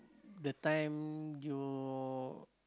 the time you